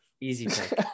Easy